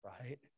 right